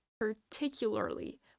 particularly